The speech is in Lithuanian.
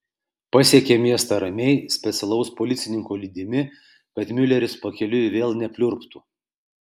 pasiekė miestą ramiai specialaus policininko lydimi kad miuleris pakeliui vėl nepliurptų